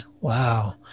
wow